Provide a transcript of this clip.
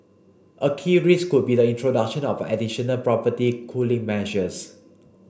a key risk could be the introduction of additional property cooling measures